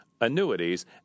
annuities